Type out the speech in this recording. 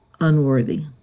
unworthy